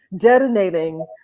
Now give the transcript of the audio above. detonating